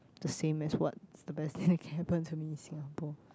the same as what's the best thing that can happen to me in Singapore